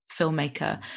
filmmaker